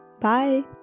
Bye